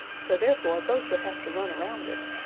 so therefore both would have to run around it.